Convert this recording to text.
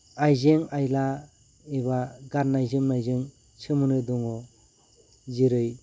आयजें आइला एबा गाननाय जोमनायजों सोमोन्दो दङ जेरै